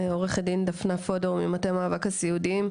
עו"ד דפנה פודור ממטה מאבק הסיעודיים.